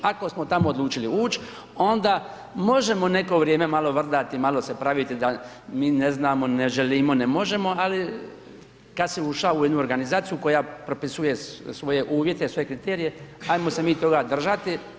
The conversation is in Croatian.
Ako smo tamo odlučili uć onda možemo neko vrijeme malo vrdati, malo se praviti da mi ne znamo, ne želimo, ne možemo, ali kada si ušao u jednu organizaciju koja propisuje svoje uvjete, svoje kriterije ajmo se mi toga držati.